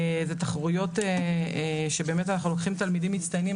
זה תחרויות שבאמת אנחנו לוקחים תלמידים מצטיינים,